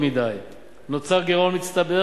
נוצר מחסור מצטבר,